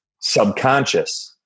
subconscious